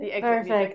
Perfect